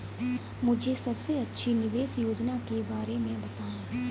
मुझे सबसे अच्छी निवेश योजना के बारे में बताएँ?